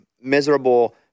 miserable